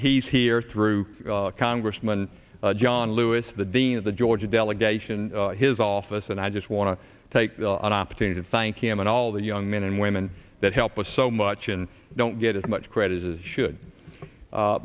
he's here through congressman john lewis the dean of the georgia delegation his office and i just want to take the opportunity to thank him and all the young men and women that help us so much and don't get as much credit as should